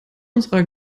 unserer